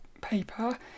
paper